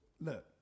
look